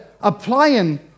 applying